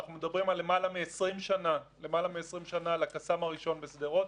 אנחנו מדברים על למעלה מ-20 שנה לקסאם הראשון בשדרות.